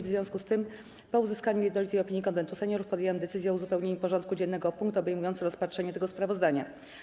W związku z tym, po uzyskaniu jednolitej opinii Konwentu Seniorów, podjęłam decyzję o uzupełnieniu porządku dziennego o punkt obejmujący rozpatrzenie tego sprawozdania.